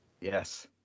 Yes